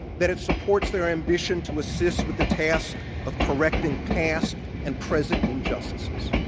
that it supports their ambition to assist with the task of correcting past and present injustices,